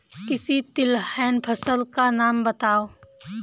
किसी तिलहन फसल का नाम बताओ